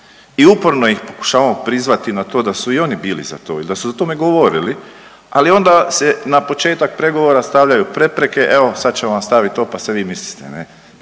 I uporno ih pokušavamo prizvati na to da su i oni bili za to i da su o tome govorili, ali onda se na početak pregovora stavljaju prepreke evo sad ćemo vam staviti to pa se vi mislite. Pa